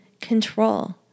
control